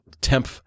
temp